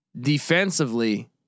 defensively